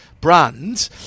brand